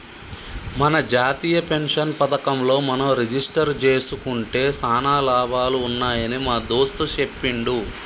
మన జాతీయ పెన్షన్ పథకంలో మనం రిజిస్టరు జేసుకుంటే సానా లాభాలు ఉన్నాయని మా దోస్త్ సెప్పిండు